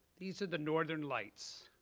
these are the northern lights.